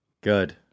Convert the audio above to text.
Good